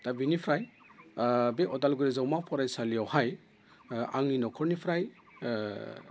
दा बेनिफ्राय बे अदालगुरि जौमा फरायसालियावहाय आंनि न'खरनिफ्राय